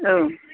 औ